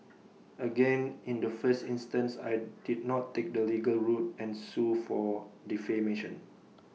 again in the first instance I did not take the legal route and sue for defamation